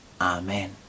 Amen